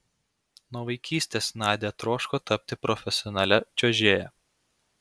nuo vaikystės nadia troško tapti profesionalia čiuožėja